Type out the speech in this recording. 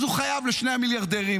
אז הוא חייב לשני המיליארדרים,